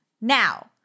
Now